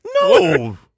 no